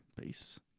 peace